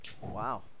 wow